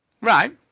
Right